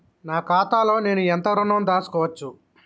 నా ఖాతాలో నేను ఎంత ఋణం దాచుకోవచ్చు?